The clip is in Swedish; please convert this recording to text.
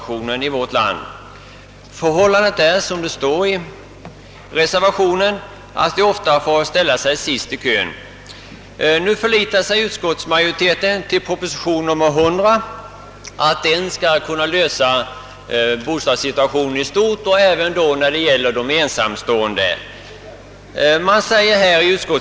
Som framhålles i reservationen får de ofta ställa sig sist i bostadskön. Utskottsmajoriteten förlitar sig på propositionen nr 100 och hoppas att bostadsproblemet skall kunna lösas även för de ensamstående i enlighet med dess förslag.